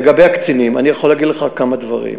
לגבי הקצינים, אני יכול להגיד לך כמה דברים.